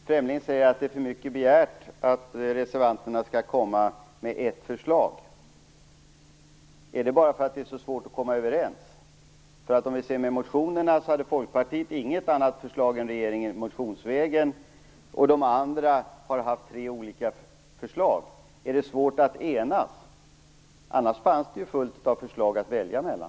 Herr talman! Lennart Fremling säger att det är för mycket begärt att reservanterna skall komma med ett förslag. Är det bara för att det är så svårt att komma överens? Om vi ser till motionerna hade Folkpartiet inget annat förslag än regeringen, och de andra hade tre olika förslag. Är det svårt att enas? Annars fanns det ju fullt av förslag att välja mellan.